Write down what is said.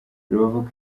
rubavu